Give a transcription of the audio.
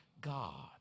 God